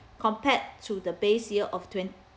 compared to the base year of twenty